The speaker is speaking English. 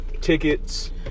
tickets